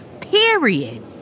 Period